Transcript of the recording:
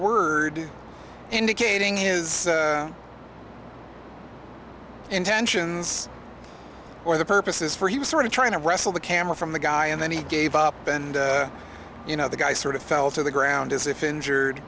word indicating his intentions or the purposes for he was sort of trying to wrestle the camera from the guy and then he gave up and you know the guy sort of fell to the ground as if injured